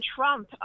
Trump